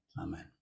Amen